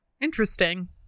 interesting